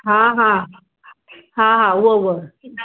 हा हा हा उहो उहो